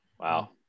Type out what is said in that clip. Wow